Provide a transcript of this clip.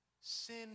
sin